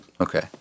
Okay